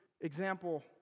example